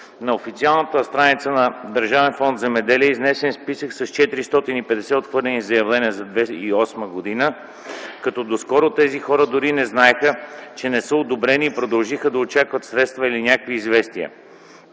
На официалната страница на Държавен фонд „Земеделие” е изнесен списък с 450 отхвърлени заявления за 2008 г., като доскоро тези хора дори не знаеха, че не са одобрени и продължиха да очакват средства или някакви известия.